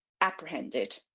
apprehended